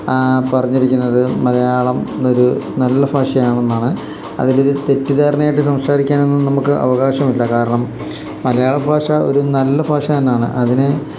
പറഞ്ഞിരിക്കുന്നത് മലയാളം എന്നൊരു നല്ല ഭാഷയാണെന്നാണ് അതിലൊരു തെറ്റിദ്ധാരണയായിട്ട് സംസാരിക്കാനൊന്നും നമുക്ക് അവകാശമില്ല കാരണം മലയാള ഭാഷ ഒരു നല്ല ഭാഷ എന്നാണ് അതിന്